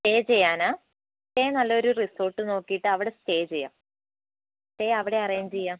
stay ചെയ്യാനാണോ stay നല്ലൊരു resort നോക്കിയിട്ട് അവിടെ സ്റ്റേ ചെയ്യാം സ്റ്റേ അവിടെ അറേഞ്ച് ചെയ്യാം